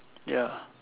ya